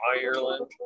Ireland